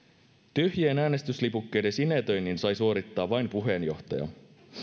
tyhjien äänestyslipukkeiden sinetöinnin sai suorittaa vain puheenjohtaja